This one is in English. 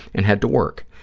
and head to work.